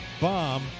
bomb